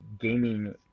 gaming